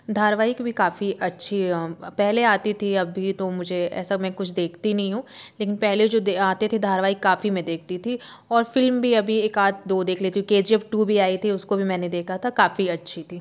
धारावाहिक भी काफ़ी अच्छी पहले आती थी अभी तो मुझे ऐसा मैं कुछ देखती नहीं हूँ लेकिन पहले जो आते थे धारावाहिक काफ़ी मैं देखती थी और फिल्म भी अभी एक आध दो देख लेती हूँ के जी एफ टू भी आई थी उसको भी मैंने देखा था काफ़ी अच्छी थी